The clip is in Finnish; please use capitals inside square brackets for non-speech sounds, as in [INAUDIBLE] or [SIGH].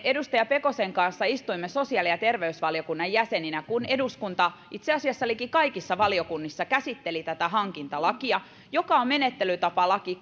edustaja pekosen kanssa istuimme sosiaali ja terveysvaliokunnan jäseninä kun eduskunta itse asiassa liki kaikissa valiokunnissa käsitteli tätä hankintalakia joka on menettelytapalaki [UNINTELLIGIBLE]